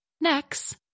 Next